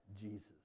Jesus